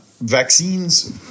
vaccines